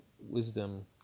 wisdom